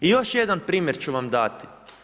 I još jedan primjer ću vam dati.